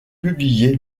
publié